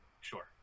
Sure